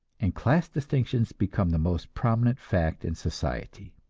and class distinctions become the most prominent fact in society.